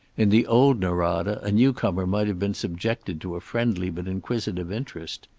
in the old norada a newcomer might have been subjected to a friendly but inquisitive interest.